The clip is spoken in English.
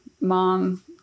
mom